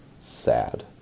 sad